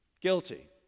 Guilty